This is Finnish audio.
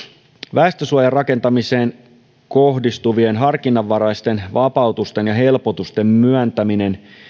väestönsuojarakentamiseen kohdistuvien harkinnanvaraisten vapautusten ja helpotusten myöntäminen